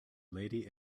lady